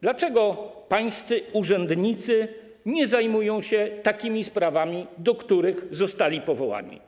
Dlaczego pańscy urzędnicy nie zajmują się sprawami, do których zostali powołani?